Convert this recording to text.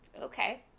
okay